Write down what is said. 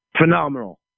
phenomenal